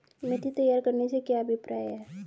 मिट्टी तैयार करने से क्या अभिप्राय है?